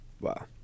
Wow